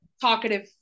talkative